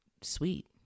sweet